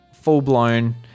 full-blown